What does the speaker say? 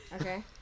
Okay